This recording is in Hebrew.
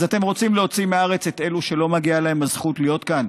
אז אתם רוצים להוציא מהארץ את אלו שלא מגיעה להם הזכות להיות כאן?